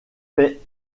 fait